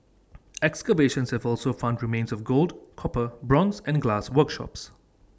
excavations have also found remains of gold copper bronze and glass workshops